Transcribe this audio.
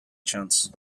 chance